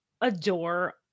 adore